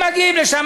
הם מגיעים לשם,